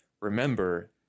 remember